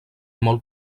molt